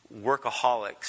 workaholics